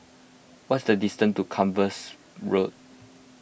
what is the distance to Compassvale Road